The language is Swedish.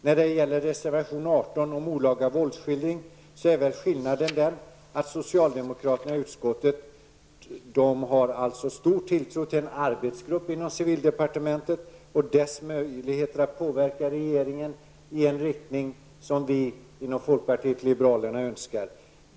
Beträffande reservation 18 om olaga våldsskildring hyser socialdemokraterna i utskottet stor tilltro till en arbetsgrupp inom civildepartementet och dess möjligheter att påverka regeringen i en riktning som vi inom folkpartiet liberalerna önskar.